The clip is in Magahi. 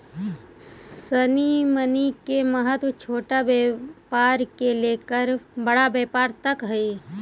सीड मनी के महत्व छोटा व्यापार से लेकर बड़ा व्यापार तक हई